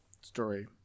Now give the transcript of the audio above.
story